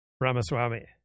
Ramaswamy